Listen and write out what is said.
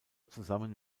zusammen